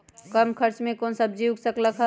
कम खर्च मे कौन सब्जी उग सकल ह?